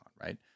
right